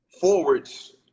forwards